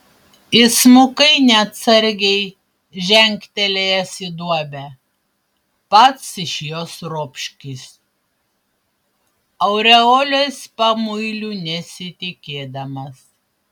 įsmukai neatsargiai žengtelėjęs į duobę pats iš jos ropškis aureolės pamuilių nesitikėdamas